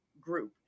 group